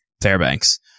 Fairbanks